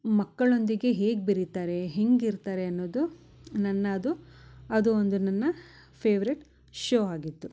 ಮಕ್ಕಳೊಂದಿಗೆ ಹೇಗೆ ಬೆರಿತಾರೆ ಹೇಗಿರ್ತಾರೆ ಅನ್ನೋದು ನನ್ನ ಅದು ಅದು ಒಂದು ನನ್ನ ಫೇವ್ರೆಟ್ ಶೋ ಆಗಿತ್ತು